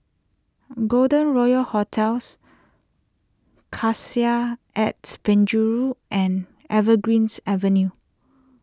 Golden Royal Hotels Cassia at Penjuru and Evergreens Avenue